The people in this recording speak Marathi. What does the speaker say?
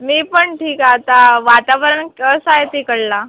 मी पण ठीक आहे आता वातावरण कसा आहे ते कळला